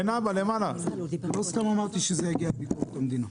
לא סתם אמרתי שזה יגיע לביקורת המדינה.